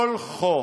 ושולחו.